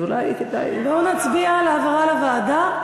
אז אולי כדאי, בואו נצביע על העברה לוועדה.